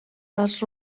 dels